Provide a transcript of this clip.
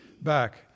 back